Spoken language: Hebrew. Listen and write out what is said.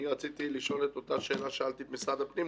אני רציתי לשאול את אותה שאלה ששאלתי את משרד הפנים,